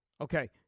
Okay